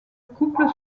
couple